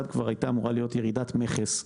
ב-2021 מיליארד ומאה ועשרה.